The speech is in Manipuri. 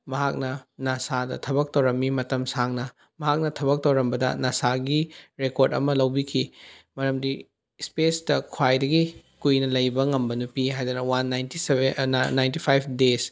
ꯃꯍꯥꯛꯅ ꯅꯁꯥꯗ ꯊꯕꯛ ꯇꯧꯔꯝꯃꯤ ꯃꯇꯝ ꯁꯥꯡꯅ ꯃꯍꯥꯛꯅ ꯊꯕꯛ ꯇꯧꯔꯝꯕꯗ ꯅꯁꯥꯒꯤ ꯔꯦꯀꯣꯔ꯭ꯗ ꯑꯃ ꯂꯧꯕꯤꯈꯤ ꯃꯔꯝꯗꯤ ꯁ꯭ꯄꯦꯁꯇ ꯈ꯭ꯋꯥꯏꯗꯒꯤ ꯀꯨꯏꯅ ꯂꯩꯕ ꯉꯝꯕ ꯅꯨꯄꯤ ꯍꯥꯏꯗꯅ one ninety ninety five days